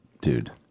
dude